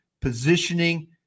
positioning